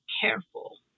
careful